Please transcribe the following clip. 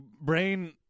brain